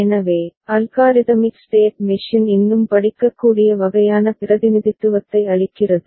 எனவே algorithmic state machine இன்னும் படிக்கக்கூடிய வகையான பிரதிநிதித்துவத்தை அளிக்கிறது